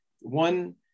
one